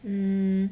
um